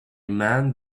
man